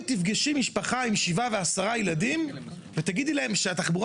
תפגשי משפחה עם 7 ו-10 ילדים ותגידי להם שהתחבורה